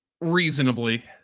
Reasonably